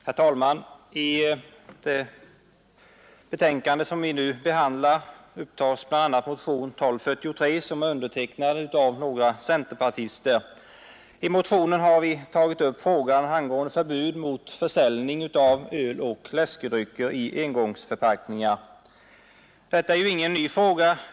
Herr talman! I det betänkande som vi nu behandlar upptas bl.a. motionen 1243 som är undertecknad av några centerpartister. I motionen har vi tagit upp frågan angående förbud mot försäljning av öl och läskedrycker i engångsförpackningar. Detta är ju ingen ny fråga.